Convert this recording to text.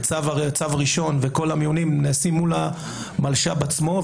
צו ראשון וכל המיונים נעשים מול המלש"ב עצמו,